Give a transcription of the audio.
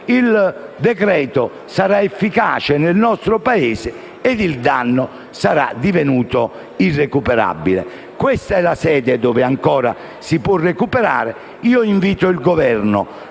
il decreto sarà efficace del nostro Paese e il danno sarà divenuto irrecuperabile. Questa è la sede in cui ancora si può recuperare. Invito allora